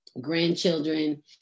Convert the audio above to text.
grandchildren